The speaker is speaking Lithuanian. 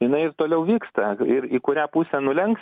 jinai ir toliau vyksta ir į kurią pusę nulenks